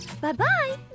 Bye-bye